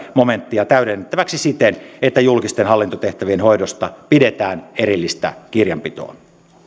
momenttia täydennettäväksi siten että julkisten hallintotehtävien hoidosta pidetään erillistä kirjanpitoa